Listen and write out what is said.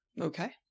Okay